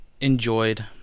enjoyed